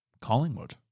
Collingwood